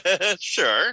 Sure